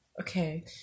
Okay